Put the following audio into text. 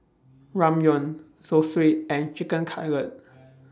Ramyeon Zosui and Chicken Cutlet